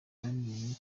twemeranya